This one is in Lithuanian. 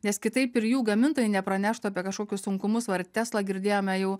nes kitaip ir jų gamintojai nepraneštų apie kažkokius sunkumus va ir tesla girdėjome jau